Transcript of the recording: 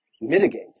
mitigate